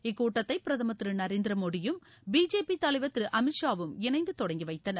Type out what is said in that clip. இக்கூட்டத்தை பிரதமர் திரு நரேந்திர மோடியும் பிஜேபி தலைவர் திரு அமித்ஷாவும் இணைந்து தொடங்கி வைத்தனர்